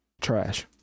trash